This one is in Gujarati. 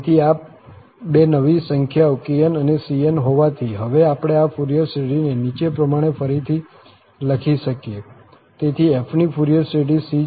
તેથી આ બે નવી સંખ્યાઓ kn અને cn હોવાથી હવે આપણે આ ફુરિયર શ્રેઢીને નીચે પ્રમાણે ફરીથી લખી શકીએ છીએ